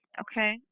Okay